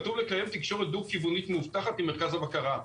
כתוב: לקיים תקשורת דו-כיוונית מאובטחת עם מרכז הבקרה.